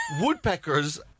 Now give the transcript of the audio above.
woodpeckers